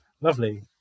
Lovely